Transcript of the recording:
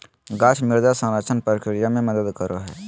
गाछ मृदा संरक्षण प्रक्रिया मे मदद करो हय